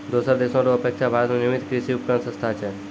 दोसर देशो रो अपेक्षा भारत मे निर्मित कृर्षि उपकरण सस्ता छै